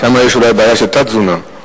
תת-תזונה.